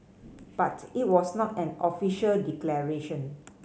but it was not an official declaration